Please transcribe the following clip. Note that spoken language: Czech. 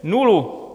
Nulu.